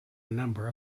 number